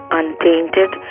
untainted